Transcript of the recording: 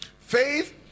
Faith